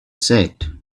said